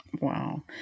Wow